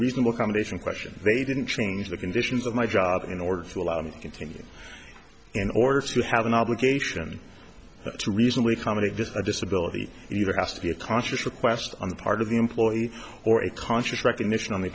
reasonable accommodation question they didn't change the conditions of my job in order to allow me to continue in order to have an obligation to reasonably comedy just a disability either has to be a conscious request on the part of the employee or a conscious recognition on